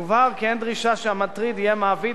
יובהר כי אין דרישה שהמטריד יהיה מעביד,